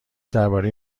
درباره